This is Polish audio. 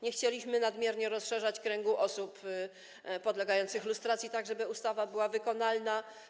Nie chcieliśmy nadmiernie rozszerzać kręgu osób podlegających lustracji, tak żeby ustawa była wykonalna.